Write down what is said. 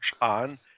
on